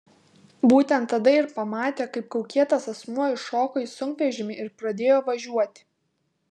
būtent tada ir pamatė kaip kaukėtas asmuo įšoko į sunkvežimį ir pradėjo važiuoti